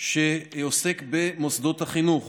שעוסק במוסדות החינוך.